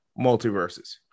multiverses